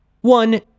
One